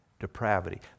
depravity